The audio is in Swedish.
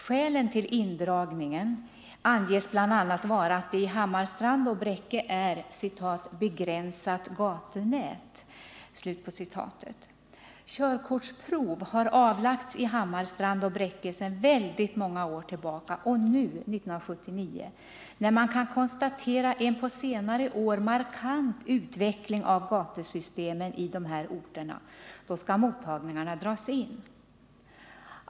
Skälen till indragning anges bl.a. vara att det i Hammarstrand och Bräcke är ”begränsat gatunät”. Körkortsprov har avlagts i Hammarstrand och Bräcke sedan väldigt många år tillbaka, och nu, 1979 — när man kan konstatera en på senare år markant utveckling av gatusystemen i dessa orter — skall mottagningarna dras in!